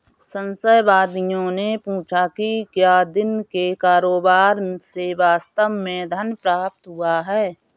संशयवादियों ने पूछा कि क्या दिन के कारोबार से वास्तव में धन प्राप्त हुआ है